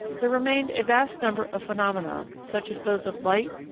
there remained a vast number of phenomena, such as those of light,